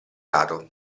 dato